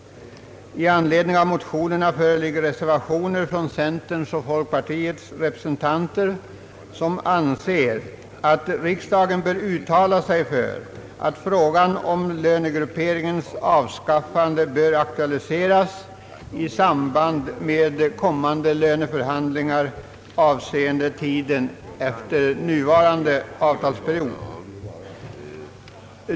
I anledning av motionerna föreligger reservationer från centerns och folkpartiets representanter, som anser att riksdagen bör uttala sig för att frågan om lönegrupperingens avskaffande bör aktualiseras i samband med kommande löneförhandlingar, avseende tiden efter nuvarande avtalsperiod.